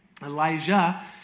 Elijah